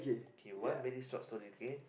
okay one very short story okay